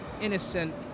innocent